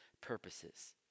purposes